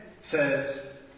says